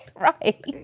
Right